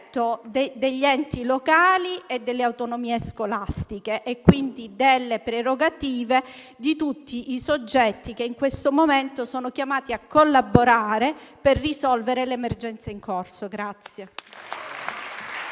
degli enti locali, delle autonomie scolastiche e, quindi, delle prerogative di tutti i soggetti che in questo momento sono chiamati a collaborare per risolvere l'emergenza in corso.